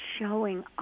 showing